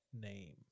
name